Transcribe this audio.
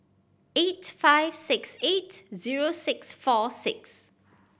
eight five six eight zero six four six